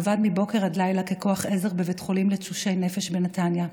עבד מבוקר עד לילה ככוח עזר בבית חולים לתשושי נפש בנתניה.